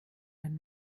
wenn